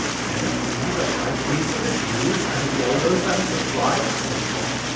can it be the high priest of the jews, and the elders and the scribes? they thought.